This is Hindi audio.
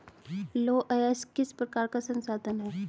लौह अयस्क किस प्रकार का संसाधन है?